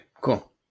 cool